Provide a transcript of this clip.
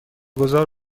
گذار